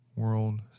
world